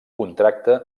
contracte